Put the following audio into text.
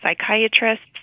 psychiatrists